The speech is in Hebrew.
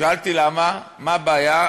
שאלתי: למה, מה הבעיה?